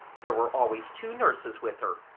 there were always two nurses with her,